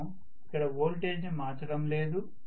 మనము ఇక్కడ వోల్టాజ్ ని మార్చడం లేదు